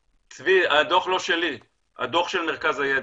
צבי, הדוח לא שלי, הדוח של מרכז הידע.